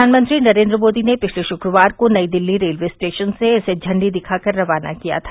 प्रधानमंत्री नरेन्द्र मोदी ने पिछले शुक्रवार को नई दिल्ली रेलवे स्टेशन से इसे झंडी दिखाकर रवाना किया था